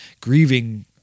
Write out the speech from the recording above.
grieving